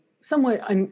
somewhat